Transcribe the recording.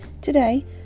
Today